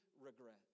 regret